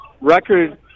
record